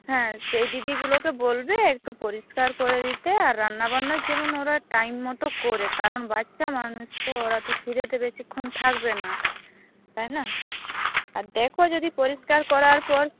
হ্যাঁ সেই দিদিগুলোকে বলবে একটু পরিষ্কার করে দিতে আর রান্না বান্না যেমন ওরা টাইম মত করে কারণ বাচ্ছা মানুষ তো ওরা তো খিদেতে বেশিক্ষণ থাকবে না তাই না আর দেখো যদি পরিষ্কার করার পর